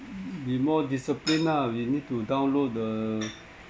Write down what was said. be more discipline lah we need to download the